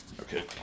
Okay